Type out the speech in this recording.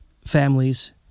families